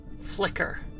flicker